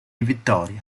vittoria